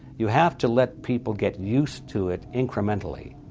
you have to let people get used to it incrementally,